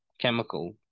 chemical